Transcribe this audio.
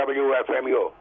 wfmu